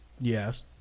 Yes